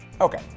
Okay